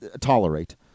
tolerate